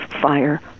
fire